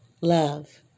love